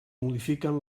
modifiquen